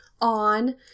on